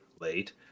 late